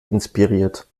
inspiriert